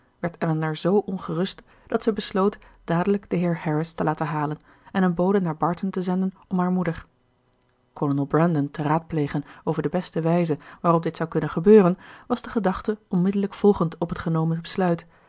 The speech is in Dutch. werd elinor z ongerust dat zij besloot dadelijk den heer harris te laten halen en een bode naar barton te zenden om hare moeder kolonel brandon te raadplegen over de beste wijze waarop dit zou kunnen gebeuren was de gedachte onmiddellijk volgend op het genomen besluit